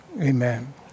Amen